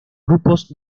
grupos